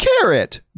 carrot